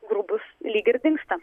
grubūs lyg ir dingsta